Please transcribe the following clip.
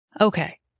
okay